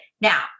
Now